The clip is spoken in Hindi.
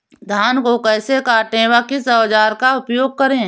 धान को कैसे काटे व किस औजार का उपयोग करें?